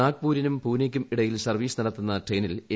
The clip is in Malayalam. നാഗ്പൂരിനും പൂനെയ്ക്കും ഇടയിൽ സർവ്വീസ് നടത്തുന്ന ട്രെയിനിൽ എ